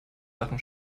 sachen